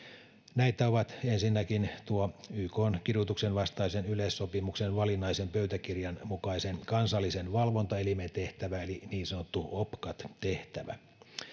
näitä ovat ensinnäkin tuo ykn kidutuksen vastaisen yleissopimuksen valinnaisen pöytäkirjan mukaisen kansallisen valvontaelimen tehtävä eli niin sanottu opcat tehtävä